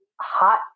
hot